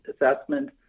assessment